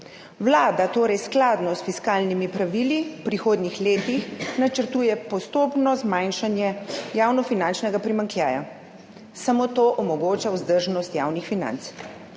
Vlada torej skladno s fiskalnimi pravili v prihodnjih letih načrtuje postopno zmanjšanje javnofinančnega primanjkljaja, samo to omogoča vzdržnost javnih financ.